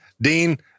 Dean